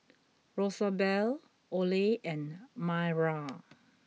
Rosabelle Oley and Mayra